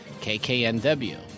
KKNW